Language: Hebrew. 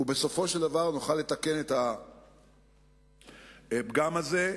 ובסופו של דבר נוכל לתקן את הפגם הזה.